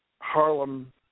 Harlem